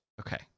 Okay